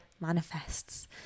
manifests